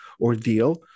Ordeal